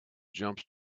jumps